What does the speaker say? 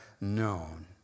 known